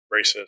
racist